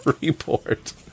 report